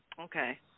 Okay